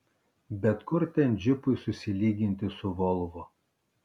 bet kur ten džipui susilyginti su volvo